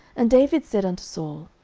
and david said unto saul,